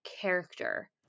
character